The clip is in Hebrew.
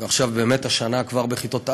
ובאמת השנה כבר בכיתות א'